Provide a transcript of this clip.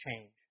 change